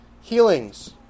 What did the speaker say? Healings